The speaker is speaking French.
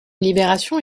libération